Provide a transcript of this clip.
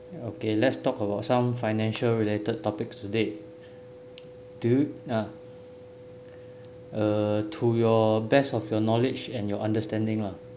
okay let's talk about some financial related topics today do you uh uh to your best of your knowledge and your understanding lah